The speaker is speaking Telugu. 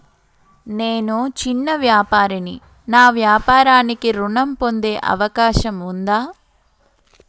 నేను చిన్న వ్యాపారిని నా వ్యాపారానికి ఋణం పొందే అవకాశం ఉందా?